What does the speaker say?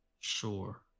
Sure